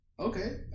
okay